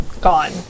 gone